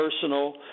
personal